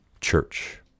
church